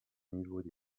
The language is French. niveau